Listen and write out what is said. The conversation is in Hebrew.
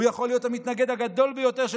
הוא יכול להיות המתנגד הגדול ביותר של